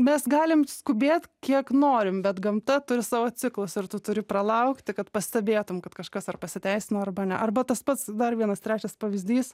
mes galim skubėt kiek norim bet gamta turi savo ciklus ir tu turi pralaukti kad pastebėtum kad kažkas ar pasiteisino arba ne arba tas pats dar vienas trečias pavyzdys